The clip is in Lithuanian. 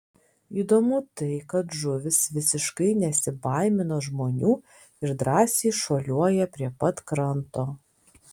įdomu tai kad žuvys visiškai nesibaimina žmonių ir drąsiai šuoliuoja prie pat kranto